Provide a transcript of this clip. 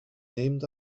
named